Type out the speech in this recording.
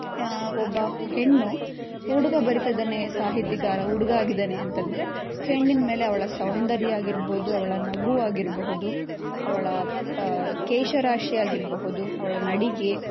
ಒಬ್ಬ ಹೆಣ್ಣು ಹುಡುಗ ಬರೀತಾಯಿದ್ದಾನೆ ಸಾಹಿತಿಗಾರ ಹುಡುಗ ಆಗಿದ್ದಾನೆ ಅಂತಂದರೆ ಹೆಣ್ಣಿನ ಮೇಲೆ ಅವಳ ಸೌಂದರ್ಯ ಆಗಿರ್ಬೋದು ಅವಳ ನಗು ಆಗಿರಬಹುದು ಅವಳ ಕೇಶರಾಶಿ ಆಗಿರಬಹುದು ಅವಳ ನಡಿಗೆ